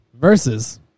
Versus